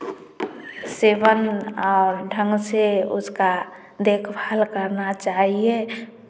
seven और ढंग से उसका देखभाल करना चाहिए